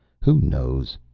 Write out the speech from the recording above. who knows?